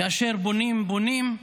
כאשר בונים בונים,